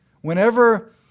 Whenever